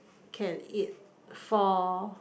can eat four